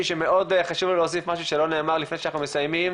שמאוד חשוב לו להוסיף משהו שלא נאמר לפני שאנחנו מסיימים